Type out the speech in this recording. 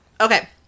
Okay